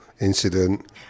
incident